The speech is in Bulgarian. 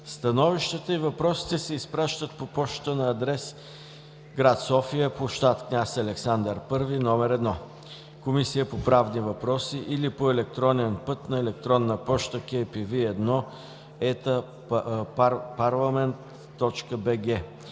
Становищата и въпросите се изпращат по пощата на адрес: гр. София, пл. „Княз Александър I“ № 1, Комисия по правни въпроси, или по електронен път на електронна поща: kpv1@parliament.bg